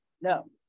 No